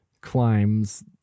climbs